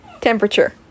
temperature